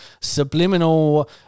subliminal